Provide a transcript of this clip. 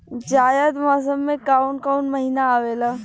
जायद मौसम में काउन काउन महीना आवेला?